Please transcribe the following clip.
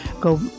go